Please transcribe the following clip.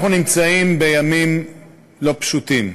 אנחנו נמצאים בימים לא פשוטים.